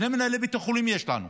שני מנהלי בתי חולים יש לנו,